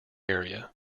area